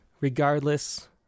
regardless